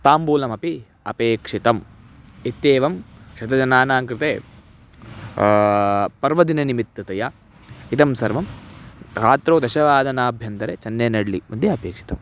ताम्बूलमपि अपेक्षितम् इत्येवं शतजनानां कृते पर्वदिननिमित्ततया इदं सर्वं रात्रौ दशवादनाभ्यन्तरे चन्नैनळ्ळिमध्ये अपेक्षितम्